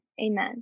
amen